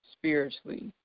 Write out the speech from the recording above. spiritually